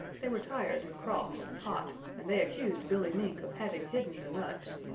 they were tired and cross and hot and they accused billy mink of having hidden the nuts.